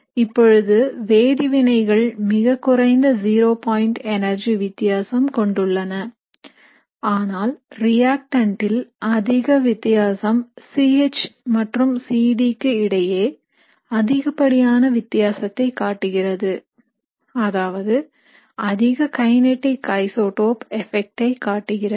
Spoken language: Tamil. இப்பொழுது வேதிவினைகள் மிகக்குறைந்த ஜீரோ பாயிண்ட் எனர்ஜி வித்தியாசம் கொண்டுள்ளன ஆனால் reactant ல் அதிக வித்தியாசம் C H மற்றும் C D க்கு இடையே அதிகப்படியான வித்தியாசத்தை காட்டுகிறது அதாவது அதிக கைநீட்டிக் ஐசோடோப் எபெக்ட் ஐ காட்டுகிறது